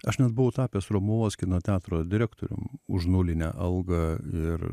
aš net buvau tapęs romuvos kino teatro direktorium už nulinę algą ir